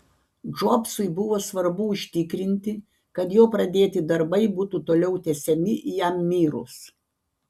džobsui buvo svarbu užtikrinti kad jo pradėti darbai būtų toliau tęsiami jam mirus